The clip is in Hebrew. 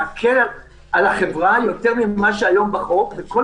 להקל על החברה יותר ממה שקיים היום בחוק בכל